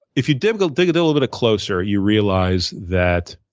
if you dig dig a little bit closer, you realize that